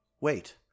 Wait